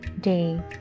day